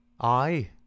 I